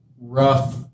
rough